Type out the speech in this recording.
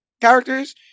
characters